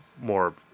more